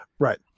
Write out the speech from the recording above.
right